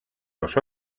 los